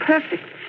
Perfect